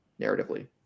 narratively